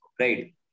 right